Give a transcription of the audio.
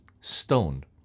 stoned